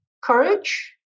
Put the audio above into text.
courage